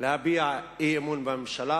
להביע אי-אמון בממשלה,